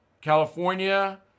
California